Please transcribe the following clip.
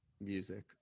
music